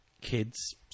kids